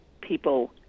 people